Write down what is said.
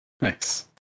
nice